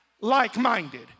like-minded